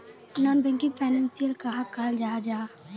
Non banking financial कहाक कहाल जाहा जाहा?